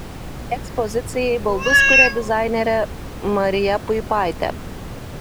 ekspozicijai baldus kuria dizainerė marija puipaitė